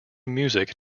music